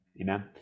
Amen